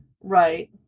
Right